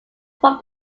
from